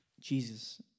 Jesus